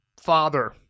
father